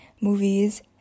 movies